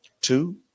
Two